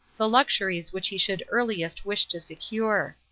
the luxuries which he should earliest wish to secure.